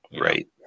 Right